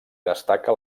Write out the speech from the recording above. destaca